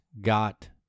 got